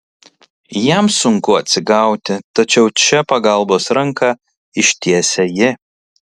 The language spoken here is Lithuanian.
jam sunku atsigauti tačiau čia pagalbos ranką ištiesia ji